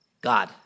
God